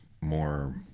more